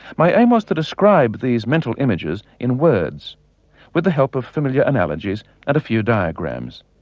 my aim was to describe these mental images in words with the help of familiar analogies and a few diagrams.